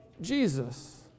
Jesus